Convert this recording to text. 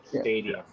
stadium